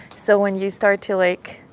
so when you start to, like,